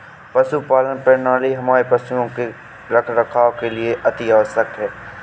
पशुपालन प्रणाली हमारे पशुओं के रखरखाव के लिए अति आवश्यक है